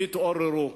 יתעוררו.